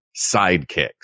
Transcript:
sidekicks